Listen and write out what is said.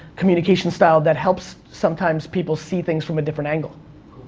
communication style that helps sometimes people see things from a different angle.